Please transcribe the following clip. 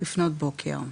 לפנות בוקר.